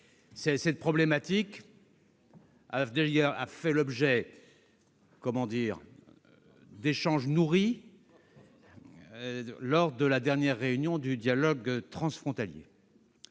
Cette problématique a fait l'objet d'échanges nourris lors de la dernière réunion de dialogue transfrontalier.